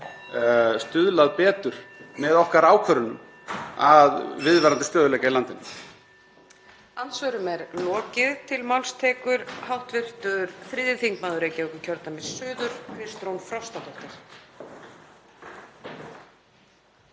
stuðlað betur með okkar ákvörðunum að viðvarandi stöðugleika í landinu.